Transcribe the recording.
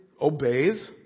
obeys